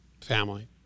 Family